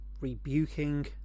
rebuking